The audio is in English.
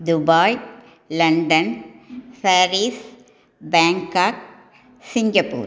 Dubai London Paris Bangkok Singapore